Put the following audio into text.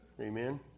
Amen